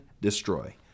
destroy